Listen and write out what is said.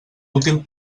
útil